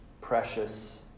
precious